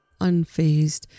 Unfazed